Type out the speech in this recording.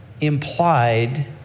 implied